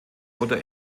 oder